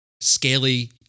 scaly